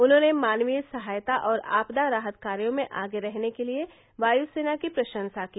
उन्होंने मानवीय सहायता और आपदा राहत कार्यो में आगे रहने के लिए वायुसेना की प्रशंसा की